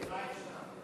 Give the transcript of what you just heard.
חיים שם.